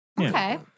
Okay